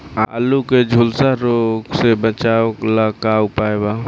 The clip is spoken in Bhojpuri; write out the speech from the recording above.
आलू के झुलसा रोग से बचाव ला का उपाय बा?